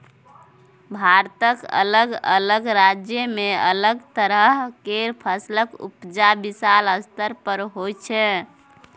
भारतक अलग अलग राज्य में अलग तरह केर फसलक उपजा विशाल स्तर पर होइ छै